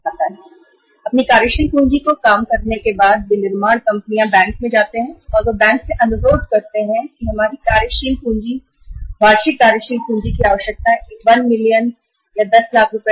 निर्माण कंपनियां अपनी कार्यशील पूँजी की आवश्यकता जानने के बाद बैंक में जाती है और बैंक से अनुरोध करती है कि हमारी कार्यशील पूँजी या वार्षिक कार्यशील पूँजी की आवश्यकता 1 मिलियन10 लाख रुपए है